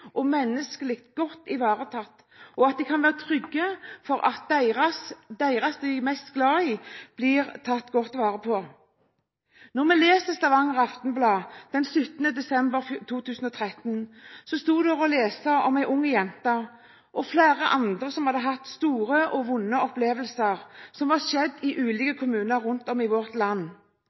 og menneskelig godt ivaretatt, og at de kan være trygge for at den de er mest glad i, blir tatt godt vare på I Stavanger Aftenblad 17. desember 2013 sto der å lese om en ung jente og flere andre som hadde hatt store og vonde opplevelser i ulike kommuner rundt om i vårt land.